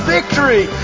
Victory